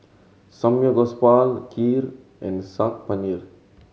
Samgeyopsal Kheer and Saag Paneer